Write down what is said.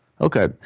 Okay